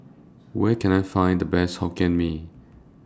Where Can I Find The Best Fried Hokkien Mee